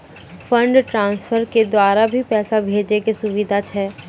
Fund transfer के द्वारा भी पैसा भेजै के सुविधा छै?